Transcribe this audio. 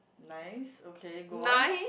nice okay go on